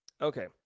Okay